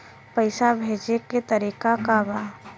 पैसा भेजे के तरीका का बा?